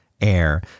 air